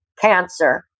cancer